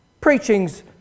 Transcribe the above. Preaching's